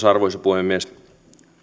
arvoisa puhemies